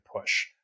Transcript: push